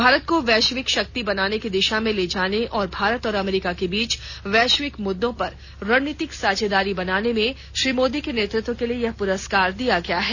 भारत को वैश्विक शक्ति बनाने की दिशा में ले जाने और भारत और अमरीका के बीच वैश्विक मुद्दों पर रणनीतिक साझेदारी बनाने में श्री मोदी के नेतृत्व के लिए यह पुरस्कार दिया गया है